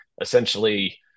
Essentially